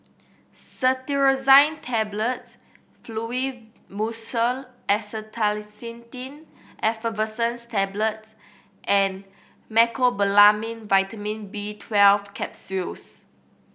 Cetirizine Tablets Fluimucil Acetylcysteine Effervescent Tablets and Mecobalamin Vitamin B Twelve Capsules